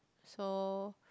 so